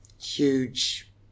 huge